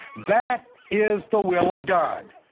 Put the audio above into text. that is the will of god,